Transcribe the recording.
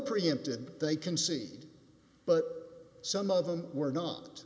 preempted they concede but some of them were not